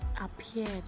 appeared